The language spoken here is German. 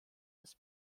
des